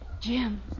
Jim